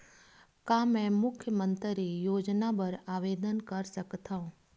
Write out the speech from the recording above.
का मैं मुख्यमंतरी योजना बर आवेदन कर सकथव?